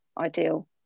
ideal